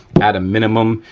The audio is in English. at a minimum,